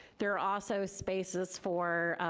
there are also spaces for,